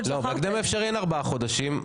בהקדם האפשרי זה לא ארבעה חודשים.